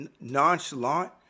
nonchalant